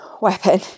weapon